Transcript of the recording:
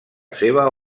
seva